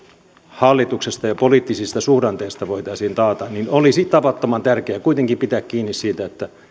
hallituksesta ja poliittisista suhdanteista voitaisiin taata olisi tavattoman tärkeää kuitenkin pitää kiinni siitä että